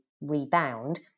rebound